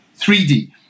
3D